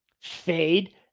fade